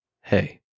Hey